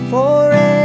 Forever